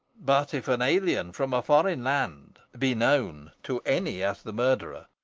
but if an alien from a foreign land be known to any as the murderer,